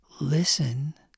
Listen